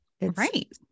Right